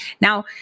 Now